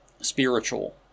spiritual